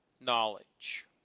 knowledge